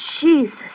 Jesus